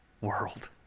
world